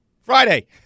Friday